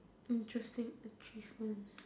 interesting achievements